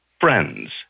friends